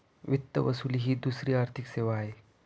वित्त वसुली ही दुसरी आर्थिक सेवा आहे